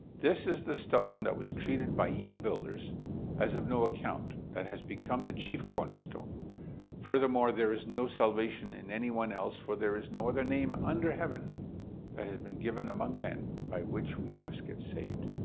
this is the stone that was treated by you builders as of no account that has become the chief cornerstone furthermore, there is no salvation in anyone else, for there is no other name under heaven that has been given among men by which we must get saved.